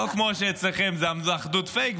לא כמו שאצלכם זה אחדות פייק,